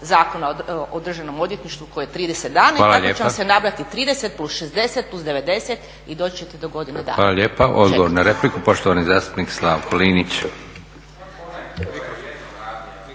Zakona o Državnom odvjetništvu koji je 30 dana i tako će vam se nabrati 30+60+ 90 i doći ćete do godine dana.